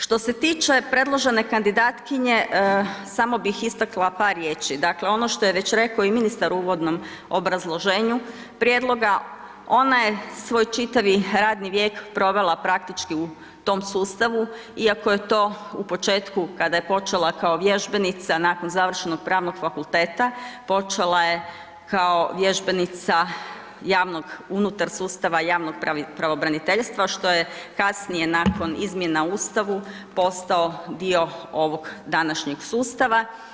Što se tiče predložene kandidatkinje samo bih istakla par riječi, dakle ono što je već rekao i ministar u uvodnom obrazloženju prijedloga, ona je svoj čitavi radni vijek provela praktički u tom sustavu, iako je to u početku kada je počela kao vježbenica nakon završenog Pravnog fakulteta počela je kao vježbenica unutar sustava javnog pravobraniteljstva što je kasnije nakon izmjena u Ustavu postao dio ovog današnjeg sustava.